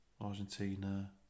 Argentina